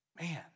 Man